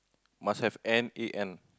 must have N A N